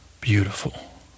beautiful